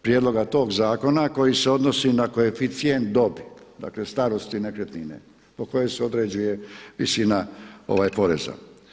Prijedloga tog zakona koji se odnosi na koeficijent dobi, dakle starosti nekretnine po kojoj se određuje visina poreza.